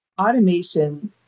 Automation